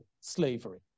slavery